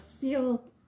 feel